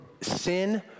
sin